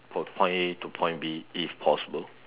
from point A to point B if possible